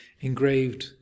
engraved